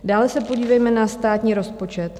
Dále se podívejme na státní rozpočet.